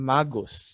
Magus